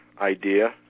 idea